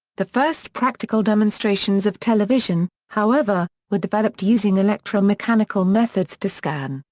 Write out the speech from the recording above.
the first practical demonstrations of television, however, were developed using electromechanical methods to scan,